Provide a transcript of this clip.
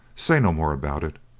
say no more about it.